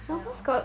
kind of